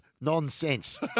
Nonsense